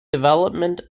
development